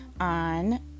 on